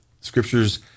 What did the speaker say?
Scriptures